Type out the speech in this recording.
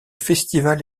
festival